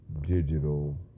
Digital